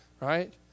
right